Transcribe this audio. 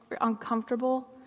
uncomfortable